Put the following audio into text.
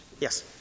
Yes